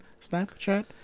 Snapchat